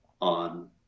on